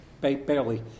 barely